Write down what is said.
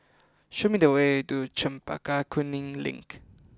show me the way to Chempaka Kuning Link